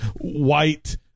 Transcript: white